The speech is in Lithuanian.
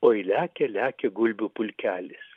oi lekia lekia gulbių pulkelis